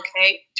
okay